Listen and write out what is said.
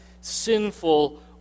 sinful